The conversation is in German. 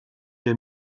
der